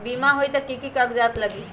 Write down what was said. बिमा होई त कि की कागज़ात लगी?